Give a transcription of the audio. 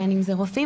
בין אם זה רופאים,